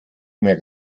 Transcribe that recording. mehr